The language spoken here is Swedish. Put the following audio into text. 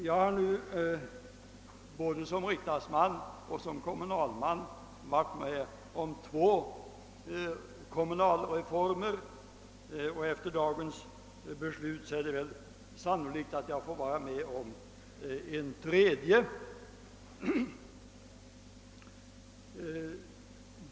Jag har nu både som riksdagsman och som kommunalman varit med om två kommunalreformer, och det är sannolikt att jag efter dagens beslut får vara med om en tredje.